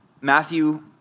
Matthew